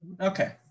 Okay